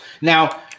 Now